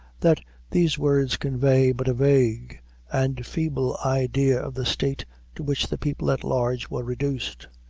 that these words convey but a vague and feeble idea of the state to which the people at large were reduced.